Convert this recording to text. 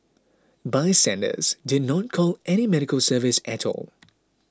bystanders did not call any medical service at all